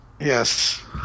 Yes